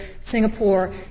Singapore